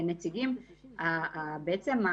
בעצם,